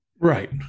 Right